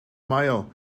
meier